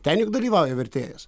ten juk dalyvauja vertėjas